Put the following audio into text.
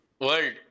world